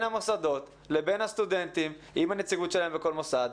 המוסדות לבין הסטודנטים עם הנציגות שלהם בכל מוסד,